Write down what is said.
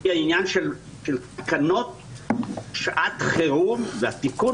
זה העניין של תקנות שעת חירום והתיקון